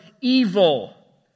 evil